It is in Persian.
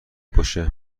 باشه